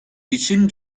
için